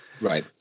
Right